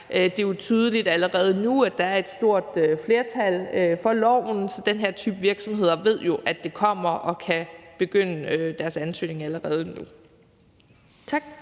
Det er jo tydeligt allerede nu, at der er et stort flertal for lovforslaget, så den her type virksomhed ved jo, at det kommer, og de kan derfor begynde deres ansøgning allerede nu. Tak.